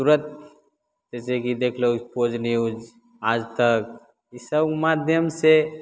तुरत जइसे कि देखि लहो पोज न्यूज आज तक ईसब माध्यमसे